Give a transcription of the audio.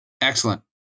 Excellent